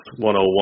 101